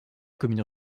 commune